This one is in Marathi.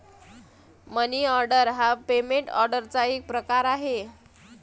मनी ऑर्डर हा पेमेंट ऑर्डरचा एक प्रकार आहे